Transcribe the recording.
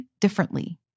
differently